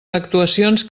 actuacions